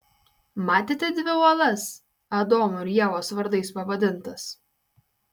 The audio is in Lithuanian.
matėte dvi uolas adomo ir ievos vardais pavadintas